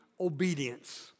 obedience